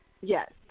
Yes